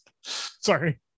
Sorry